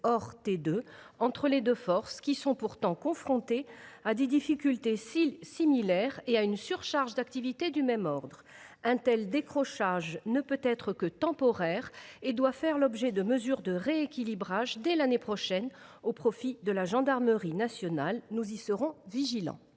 titre 2 entre les deux forces, qui sont pourtant confrontées à des difficultés similaires et à une surcharge d’activité du même ordre. Un tel décrochage ne peut être que temporaire et doit faire l’objet de mesures de rééquilibrage dès l’année prochaine au profit de la gendarmerie nationale ; nous y serons vigilants.